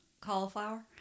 Cauliflower